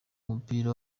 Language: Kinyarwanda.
w’umupira